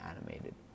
animated